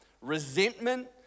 resentment